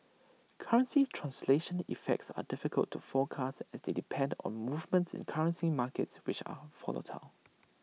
currency translation effects are difficult to forecast as they depend on movements in currency markets which are volatile